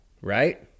Right